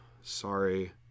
sorry